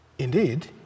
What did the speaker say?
Indeed